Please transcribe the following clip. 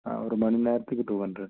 ஆ ஒரு மணி நேரத்துக்கு டூ ஹண்ட்ரட்